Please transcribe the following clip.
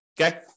Okay